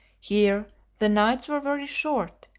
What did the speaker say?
here the nights were very short,